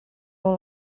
all